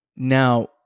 Now